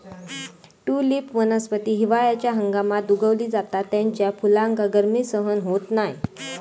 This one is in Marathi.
ट्युलिप वनस्पती हिवाळ्याच्या हंगामात उगवली जाता त्याच्या फुलाक गर्मी सहन होत नाय